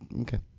Okay